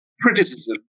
criticism